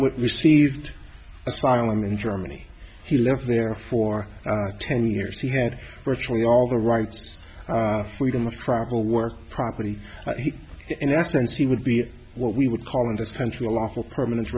with received asylum in germany he lived there for ten years he had virtually all the rights freedom of travel work property in essence he would be what we would call in this country a lawful permanent